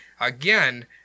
again